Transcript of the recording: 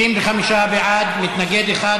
נמנעים,